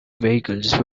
vehicles